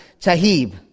Tahib